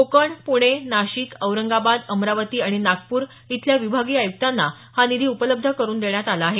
कोकण पुणे नाशिक औरंगाबाद अमरावती आणि नागपूर इथल्या विभागीय आयुक्तांना हा निधी उपलब्ध करून देण्यात आला आहे